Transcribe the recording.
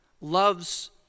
loves